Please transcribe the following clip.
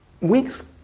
weeks